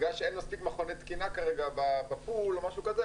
בגלל שאין מספיק מכוני תקינה כרגע בחו"ל או משהו כזה,